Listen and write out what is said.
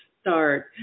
start